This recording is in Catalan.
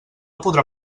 podrà